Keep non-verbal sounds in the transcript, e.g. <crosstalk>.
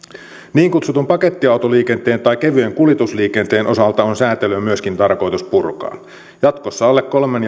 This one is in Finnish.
niin kutsutun pakettiautoliikenteen tai kevyen kuljetusliikenteen osalta on säätelyä myöskin tarkoitus purkaa jatkossa alle kolmen <unintelligible>